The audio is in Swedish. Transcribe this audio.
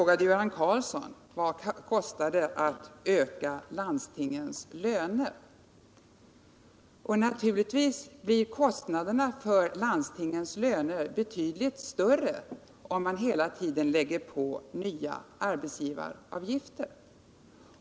Göran Karlsson frågade vad det kostar att öka landstingens löner. Naturligtvis blir landstingens lönekostnader betydligt större, om man hela tiden lägger på nya arbetsgivaravgifter.